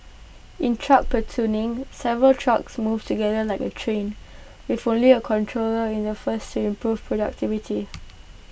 in truck platooning several trucks move together like A train with only A controller in the first to improve productivity